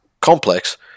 complex